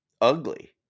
ugly